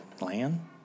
land